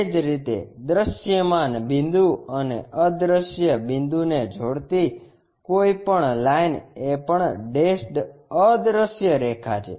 એ જ રીતે દૃશ્યમાન બિંદુ અને અદ્રશ્ય બિંદુને જોડતી કોઈપણ લાઇન એ પણ ડેશડ અદ્રશ્ય રેખા છે